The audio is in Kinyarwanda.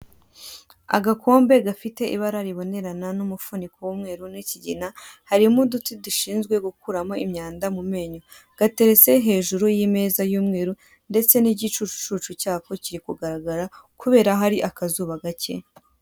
Agakombe gafite ibara ribonerana n'umufuniko w'umweru n'ikigina harimo uduti dushinzwe gukuramo umwanda mu menyo. Gateretse hejuru y'imeza y'umweru ndetse n'igicucucucu cyako kiri kugaragara kubera hari akazuba gake.